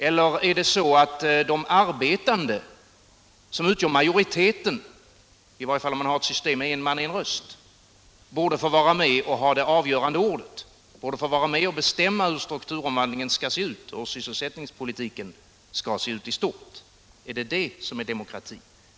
Eller är det så att de arbetande, som utgör majoriteten, i varje fall om man har ett system med en man — en röst, borde få vara med och ha det avgörande ordet, borde få vara med och bestämma hur strukturomvandlingen skall se ut och hur sysselsättningspolitiken skall te sig i stort? Är det detta som är demokrati?